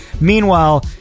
Meanwhile